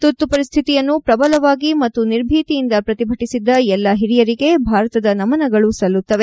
ತುರ್ತು ಪರಿಸ್ಡಿತಿಯನ್ನು ಪ್ರಬಲವಾಗಿ ಮತ್ತು ನಿರ್ಭೀತಿಯಿಂದ ಪ್ರತಿಭಟಿಸಿದ್ದ ಎಲ್ಲಾ ಹಿರಿಯರಿಗೆ ಭಾರತದ ನಮನಗಳು ಸಲ್ಲುತ್ತವೆ